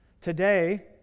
Today